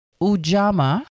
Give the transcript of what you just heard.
Ujama